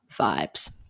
vibes